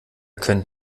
könnt